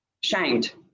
shamed